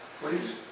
please